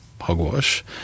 hogwash